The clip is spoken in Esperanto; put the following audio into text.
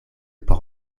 por